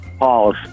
Pause